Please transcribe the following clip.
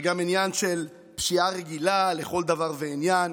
זה גם עניין של פשיעה רגילה לכל דבר ועניין.